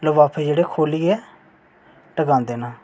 लफाफे जेह्ड़े खोह्ल्लियै टकांदे न